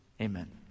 amen